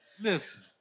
listen